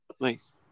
Nice